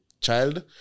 child